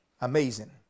Amazing